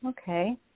Okay